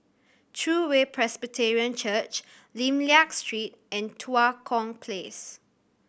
True Way Presbyterian Church Lim Liak Street and Tua Kong Place